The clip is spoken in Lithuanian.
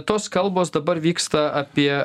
tos kalbos dabar vyksta apie